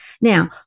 now